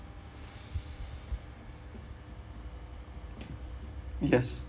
yes